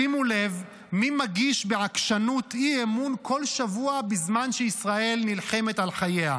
שימו לב מי מגיש בעקשנות אי-אמון כל שבוע בזמן שישראל נלחמת על חייה: